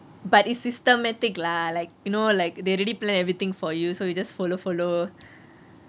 but it's systematic lah like you know like they really plan everything for you so you just follow follow